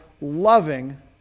loving